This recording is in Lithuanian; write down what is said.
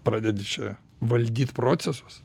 pradedi čia valdyt procesus